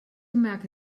merke